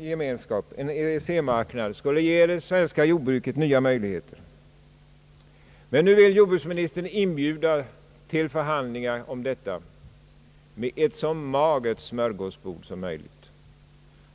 gemenskap, en EEC-marknad, skulle ge det svenska jordbruket nya möjligheter. Nu vill jordbruksministern inbjuda till förhandlingar om detta med ett så magert smörgåsbord som möjligt.